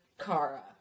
Kara